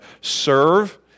serve